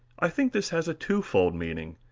i think this has a twofold meaning.